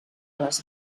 les